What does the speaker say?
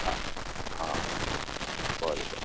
હા હા હા ભલે ભલે